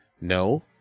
No